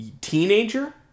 teenager